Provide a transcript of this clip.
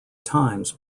times